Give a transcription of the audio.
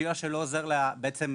סיוע שלא עוזר להם